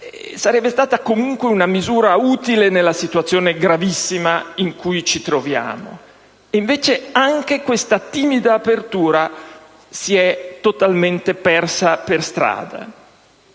sarebbe stata comunque una misura utile nella situazione gravissima in cui ci troviamo. Invece anche questa timida apertura si è totalmente persa per strada.